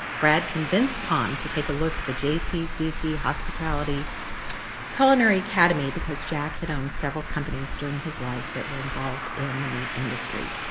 brad convinced tom to take a look at the jccc hospitality culinary academy because jack had owned several companies during his life that were involved in the meat industry.